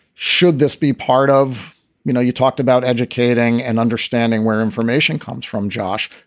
should this be part of you know, you talked about educating and understanding where information comes from. josh,